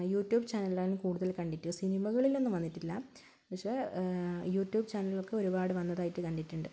YouTube ചാനലിനാണ് കൂടുതൽ കണ്ടിട്ട് സിനിമകളിലൊന്നും വന്നിട്ടില്ല പക്ഷേ യൂട്യൂബ് ചാനലിലൊക്കെ ഒരുപാട് വന്നതായിട്ട് കണ്ടിട്ടുണ്ട്